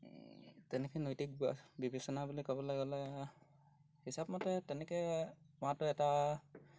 তেনেকৈ নৈতিক ব বিবেচনা বুলি ক'বলৈ গ'লে হিচাপ মতে তেনেকৈ মৰাটো এটা